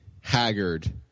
haggard